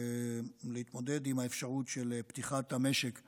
עם האפשרות של פתיחת המשק ליבוא,